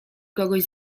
kogoś